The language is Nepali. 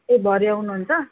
ए भरे आउनु हुन्छ